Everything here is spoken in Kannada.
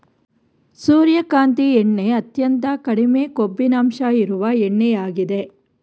ಸೂರ್ಯಕಾಂತಿ ಎಣ್ಣೆ ಅತ್ಯಂತ ಕಡಿಮೆ ಕೊಬ್ಬಿನಂಶ ಇರುವ ಎಣ್ಣೆಯಾಗಿದೆ